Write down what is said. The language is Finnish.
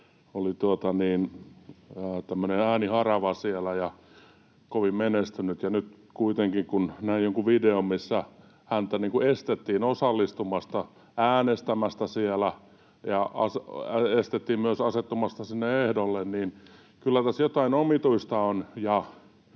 ääniharava siellä ja kovin menestynyt. Nyt kuitenkin kun näin jonkun videon, missä häntä estettiin osallistumasta äänestään siellä ja estettiin myös asettumasta sinne ehdolle, niin kyllä tässä jotain omituista